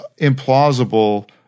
implausible